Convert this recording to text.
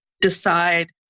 decide